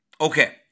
Okay